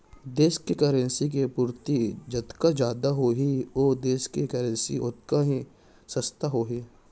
देस के करेंसी के पूरति जतका जादा होही ओ देस के करेंसी ओतका ही सस्ता होही